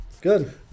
Good